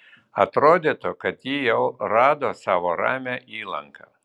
atrodytų kad ji jau rado savo ramią įlanką